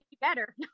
better